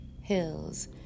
hills